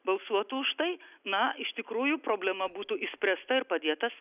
balsuotų už tai na iš tikrųjų problema būtų išspręsta ir padėtas